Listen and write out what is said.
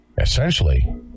essentially